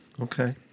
Okay